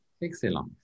Excellent